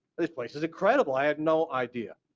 this place is incredible, i had no idea.